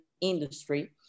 industry